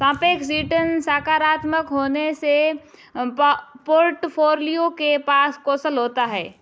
सापेक्ष रिटर्न सकारात्मक होने से पोर्टफोलियो के पास कौशल होता है